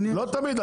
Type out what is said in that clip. לא תמיד.